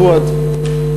פואד,